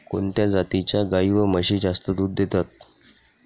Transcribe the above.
कोणत्या जातीच्या गाई व म्हशी जास्त दूध देतात?